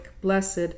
blessed